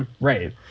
right